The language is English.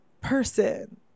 person